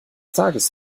tages